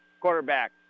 Quarterback